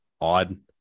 odd